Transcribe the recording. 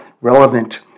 relevant